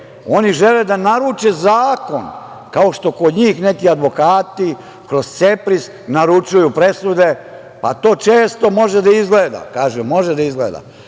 oni žele da naruče zakon, kao što kod njih neki advokati kroz CEPRIS naručuju presude, a to često može da izgleda, kažem - može da izgleda,